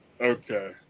Okay